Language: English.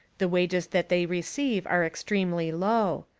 the wages that they receive are extremely low.